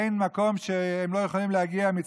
אין מקום שהם לא יכולים להגיע אליו,